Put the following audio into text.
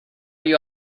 you